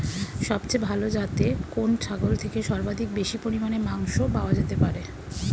সবচেয়ে ভালো যাতে কোন ছাগল থেকে সর্বাধিক বেশি পরিমাণে মাংস পাওয়া যেতে পারে?